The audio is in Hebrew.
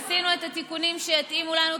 עשינו את התיקונים שיתאימו לנו,